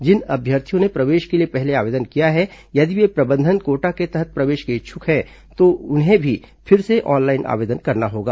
जिन अभ्यर्थियों ने प्रवेश के लिए पहले आवेदन किया है यदि वे प्रबंधन कोटा के तहत प्रवेश के लिए इच्छुक हैं तो उन्हें भी फिर से ऑनलाइन आवेदन करना होगा